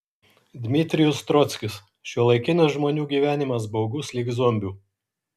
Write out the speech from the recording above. dmitrijus trockis šiuolaikinis žmonių gyvenimas baugus lyg zombių